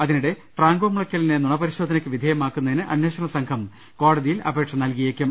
അതിനിടെ ഫ്രാങ്കോമുളയ്ക്കലിനെ നുണ പരിശോധനയ്ക്ക് വിധേയമാക്കുന്നതിന് അന്വേ ഷണ സംഘം കോടതിയിൽ അപേക്ഷ നൽകിയേക്കും